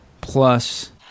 Plus